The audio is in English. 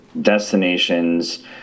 destinations